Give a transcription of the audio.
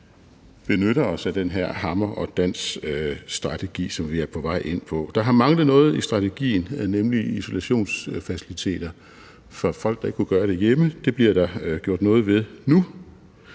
vi benytter os af den her hammer og dans-strategi, som vi er på vej ind på. Der har manglet noget i strategien, nemlig isolationsfaciliteter for folk, der ikke har kunnet isolere sig hjemme. Det bliver der gjort noget ved nu.